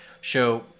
show